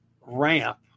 ramp